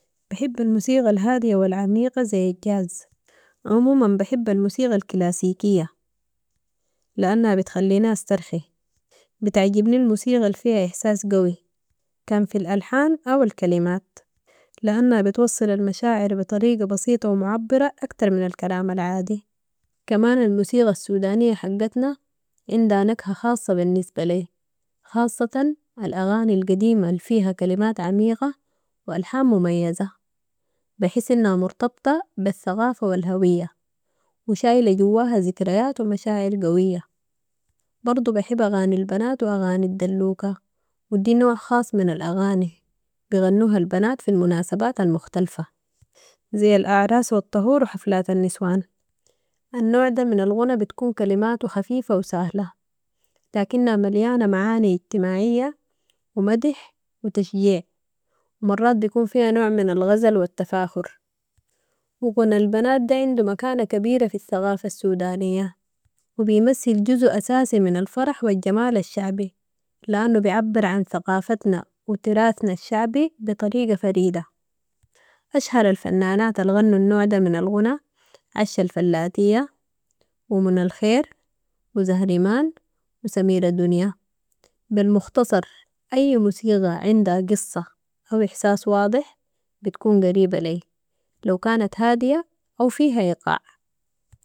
بحب الموسيقى الهادية والعميقة زي الجاز عموما بحب الموسيقى الكلاسيكية، لانها بتخلينا استرخي، بتعجبني الموسيقى الفيها احساس قوي، كان في الالحان او الكلمات، لانها بتوصل المشاعر بطريقة بسيطة و معبرة اكتر من الكلام العادي، كمان الموسيقى السودانية حقتنا، عندها نكهة خاصة بالنسبة لي، خاصة الاغاني القديمة الفيها كلمات عميقة و الحان مميزة بحس انها مرتبطة بالثقافة و الهوية و شايلة جواها ذكريات و مشاعر قوية، برضو بحب اغاني البنات و اغاني الدلوكة و دي نوع خاص من الاغاني بغنوها البنات في المناسبات المختلفة، زي الاعراس و الطهور و حفلات النسوان، النوع ده من الغنى بتكون كلماتو خفيفة و سهلة، لكنها مليانة معاني اجتماعية و مدح و تشجيع و مرات بيكون فيها نوع من الغزل و التفاخر و غنى البنادة عندو مكانة كبيرة في الثغافة السودانية و بيمثل جزو اساسي من الفرح و الجمال الشعبي لانو بعبر عن ثقافتنا و تراثنا الشعبي بطريقة فريدة، اشهر الفنانات الغنو النوع ده من الغنى، عشة الفلاتية و منى الخير و زهرمان و سميرة دنية، بالمختصر اي موسيغة عندها قصة او إحساس واضح، بتكون قريبة لي لو كانت هادية او فيها يقع.